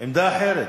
עמדה אחרת.